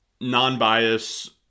non-bias